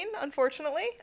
unfortunately